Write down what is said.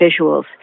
visuals